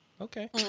Okay